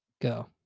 go